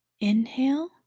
Inhale